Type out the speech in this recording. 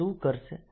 આ શું કરશે